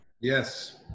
Yes